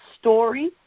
story